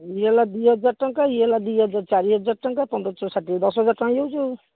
ଇଏ ହେଲା ଦୁଇ ହଜାର ଟଙ୍କା ଇଏ ହେଲା ଦୁଇ ହଜାର ଚାରି ହଜାର ଟଙ୍କା ପନ୍ଦର ଚଉଷାଠିଏ ଦଶ ହଜାର ଟଙ୍କା ହେଇଯାଉଛି ଆଉ